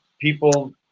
people